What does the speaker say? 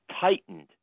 tightened